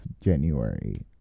January